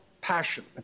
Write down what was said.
passion